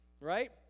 Right